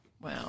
Wow